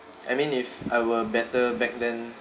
I mean if I were better back then